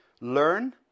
learn